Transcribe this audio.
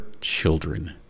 children